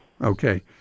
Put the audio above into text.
Okay